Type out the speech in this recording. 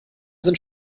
sind